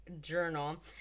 journal